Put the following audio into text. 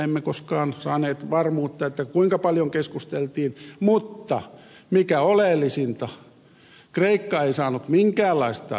emme koskaan saaneet varmuutta kuinka paljon keskusteltiin mutta mikä oleellisinta kreikka ei saanut minkäänlaista rangaistusta